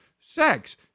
sex –